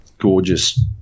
gorgeous